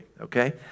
okay